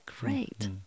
great